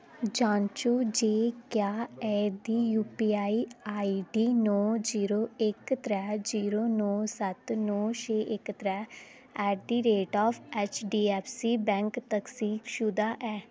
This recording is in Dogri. जांचो जे क्या एह्दी यूपीआई आईडीडी नौ जीरो इक त्रैऽ जीरो नौ सत्त नौ छे इक त्रैऽ at the rate of HDFC bank तस्दीकशुदा ऐ